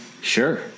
sure